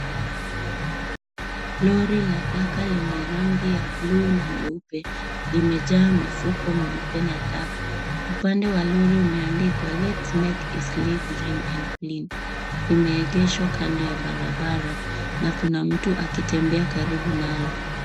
Lori la taka lenye rangi ya bluu na nyeupe imejaa mifugo meupe na taka, upande wa lori umeandikwa Let make Eastleigh green and clean imeegeshwa kando ya barabara na kuna mtu akitembea karibu nalo.